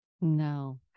No